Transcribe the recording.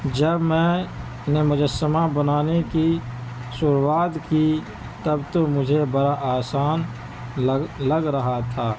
جب میں نے مجسمہ بنانے کی شروعات کی تب تو مجھے بڑا آسان لگ لگ رہا تھا